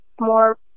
more